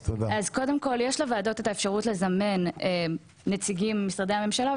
קודם כל יש לוועדות את האפשרות לזמן נציגים ממשרדי הממשלה,